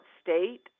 state